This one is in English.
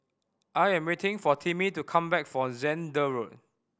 I am waiting for Timmy to come back for Zehnder Road